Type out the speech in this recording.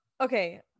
okay